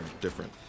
different